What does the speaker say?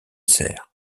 cerfs